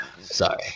Sorry